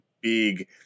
big